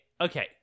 okay